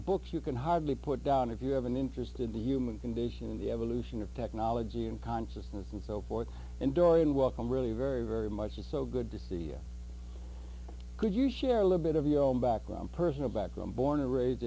books you can hardly put down if you have an interest in the human condition in the evolution of technology and consciousness and so forth and dorian welcome really very very much so good to see you could you share a little bit of your own background personal background born and raised